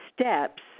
steps